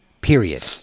period